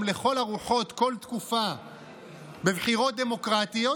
לכל הרוחות כל תקופה בבחירות דמוקרטיות,